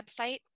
website